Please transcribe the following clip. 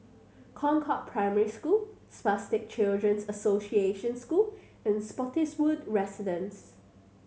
Concord Primary School Spastic Children's Association School and Spottiswoode Residences